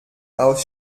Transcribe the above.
aus